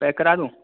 pack کرا دوں